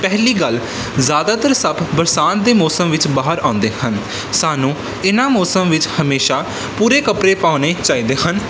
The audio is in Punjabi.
ਪਹਿਲੀ ਗੱਲ ਜ਼ਿਆਦਾਤਰ ਸੱਪ ਬਰਸਾਤ ਦੇ ਮੌਸਮ ਵਿੱਚ ਬਾਹਰ ਆਉਂਦੇ ਹਨ ਸਾਨੂੰ ਇਹਨਾਂ ਮੌਸਮ ਵਿੱਚ ਹਮੇਸ਼ਾ ਪੂਰੇ ਕੱਪੜੇ ਪਾਉਣੇ ਚਾਹੀਦੇ ਹਨ